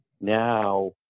now